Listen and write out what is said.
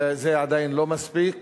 זה עדיין לא מספיק,